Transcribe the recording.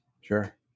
Sure